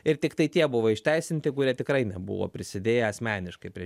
ir tiktai tie buvo išteisinti kurie tikrai nebuvo prisidėję asmeniškai prie